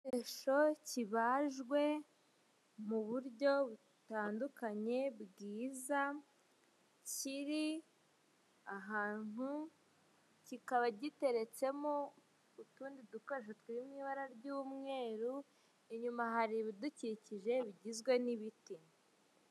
Igikoresho kibajwe mu buryo butandukanye bwiza kiri ahantu kikaba giteretsemo utundi dukoresho turi mu ibara ry'umweru inyuma hari ibidukikije bigizwe n'ibiti.